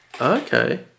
Okay